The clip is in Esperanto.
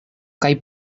kaj